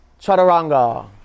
chaturanga